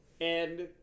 And-